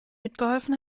mitgeholfen